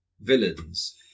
villains